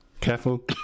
Careful